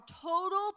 total